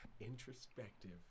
Introspective